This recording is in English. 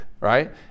right